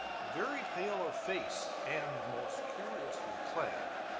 very pale of face and most curiously clad,